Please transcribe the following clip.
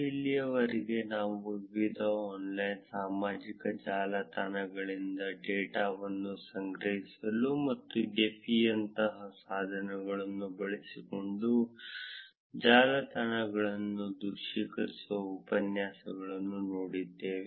ಇಲ್ಲಿಯವರೆಗೆ ನಾವು ವಿವಿಧ ಆನ್ಲೈನ್ ಸಾಮಾಜಿಕ ಜಾಲತಾಣಗಳಿಂದ ಡೇಟಾವನ್ನು ಸಂಗ್ರಹಿಸಲು ಮತ್ತು ಗೆಫಿಯಂತಹ ಸಾಧನಗಳನ್ನು ಬಳಸಿಕೊಂಡು ಜಾಲತಾಣಗಳನ್ನು ದೃಶ್ಯೀಕರಿಸುವ ಉಪನ್ಯಾಸಳನ್ನು ನೋಡಿದ್ದೇವೆ